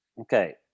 Okay